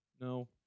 No